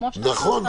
נכון.